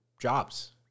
jobs